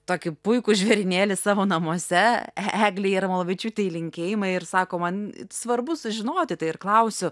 tokį puikų žvėrynėlį savo namuose eglei jarmalavičiūtei linkėjimai ir sako man svarbu sužinoti tai ir klausiu